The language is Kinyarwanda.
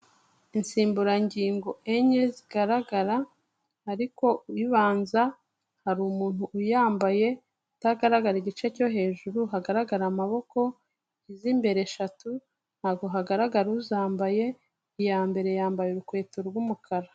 Insimburangingo enye zigaragara ariko ibanza hari umuntu uyambaye, utagaragara igice cyo hejuru hagaragara amaboko, iz'imbere eshatu ntago hagaragara uzambaye, iya mbere yambaye urukweto rw'umukara.